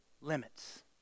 limits